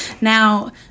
Now